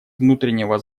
внутреннего